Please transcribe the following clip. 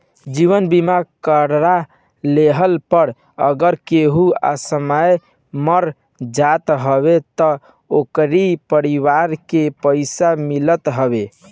जीवन बीमा करा लेहला पअ अगर केहू असमय मर जात हवे तअ ओकरी परिवार के पइसा मिलत हवे